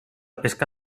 pesca